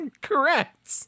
Correct